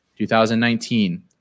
2019